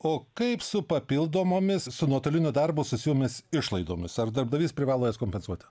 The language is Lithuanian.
o kaip su papildomomis su nuotoliniu darbu susijusiomis išlaidomis ar darbdavys privalo jas kompensuoti